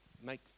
make